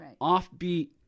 offbeat